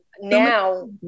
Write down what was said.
Now